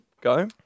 go